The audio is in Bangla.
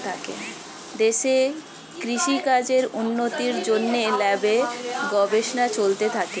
দেশে কৃষি কাজের উন্নতির জন্যে ল্যাবে গবেষণা চলতে থাকে